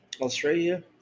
Australia